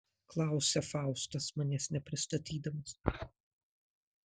klausia faustas manęs nepristatydamas